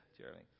Jeremy